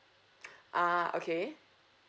ah okay